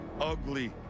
ugly